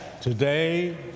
Today